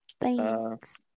Thanks